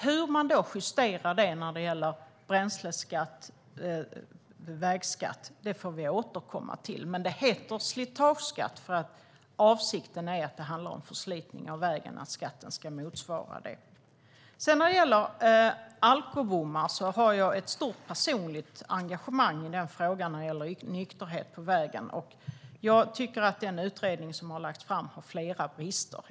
Hur man då justerar det när det gäller bränsleskatt och vägskatt får vi återkomma till, men det heter slitageskatt för att det handlar om förslitning av vägen och att skatten ska motsvara det. När det gäller alkobommar har jag ett stort personligt engagemang i frågan om nykterhet på vägen. Jag tycker att den utredning som har lagts fram har flera brister.